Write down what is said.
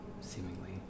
seemingly